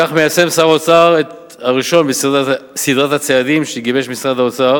בכך שר האוצר מיישם את הראשון בסדרת הצעדים שגיבש משרד האוצר